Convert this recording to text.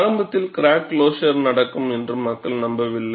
ஆரம்பத்தில் crack closure நடக்கும் என்று மக்கள் நம்பவில்லை